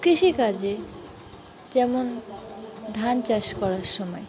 কৃষিকাজে যেমন ধান চাষ করার সময়